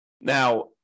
Now